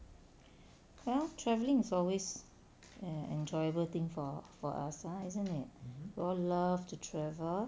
well travelling is always an enjoyable thing for for us ah isn't it we all love to travel